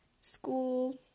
School